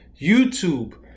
YouTube